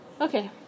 Okay